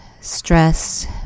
stress